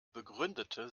begründete